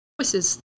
voices